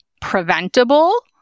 preventable